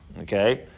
Okay